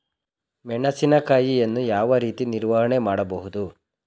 ಮೆಣಸಿನಕಾಯಿಯನ್ನು ಯಾವ ರೀತಿ ನಿರ್ವಹಣೆ ಮಾಡಬಹುದು?